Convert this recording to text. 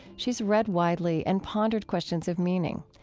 she's read widely and pondered questions of meaning.